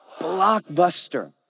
Blockbuster